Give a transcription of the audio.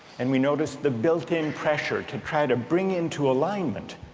and we noticed the built-in pressure to try to bring into alignment